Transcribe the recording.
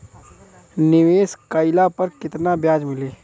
निवेश काइला पर कितना ब्याज मिली?